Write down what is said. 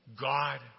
God